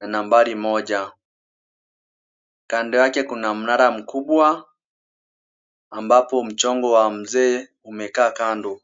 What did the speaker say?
na nambari moja. Kando yake kuna mnara mmoja, ambapo mchoro wa mzee umeka kando.